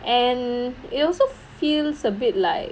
and it also feels a bit like